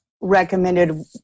recommended